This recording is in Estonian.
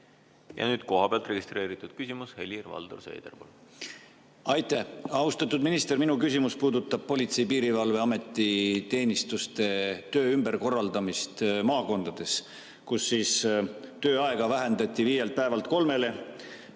Ja nüüd kohapealt registreeritud küsimus, Helir-Valdor Seeder, palun! Aitäh, austatud minister! Minu küsimus puudutab Politsei- ja Piirivalveameti teeninduste töö ümberkorraldamist maakondades, kus tööaega vähendati viielt päevalt kolmele.